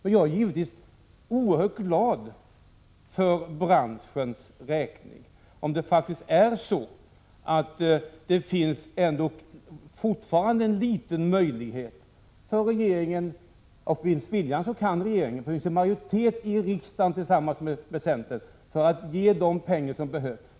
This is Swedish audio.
Men jag är givetvis glad för branschens räkning om det faktiskt fortfarande finns en liten möjlighet för regeringen att bevilja de pengar som behövs. Och finns viljan så kan regeringen också göra på detta sätt, eftersom regeringen tillsammans med centern har en majoritet i kammaren härför.